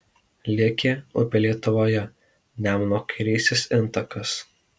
liekė upė lietuvoje nemuno kairysis intakas